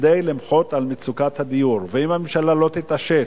כדי למחות על מצוקת הדיור, ואם הממשלה לא תתעשת